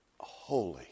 holy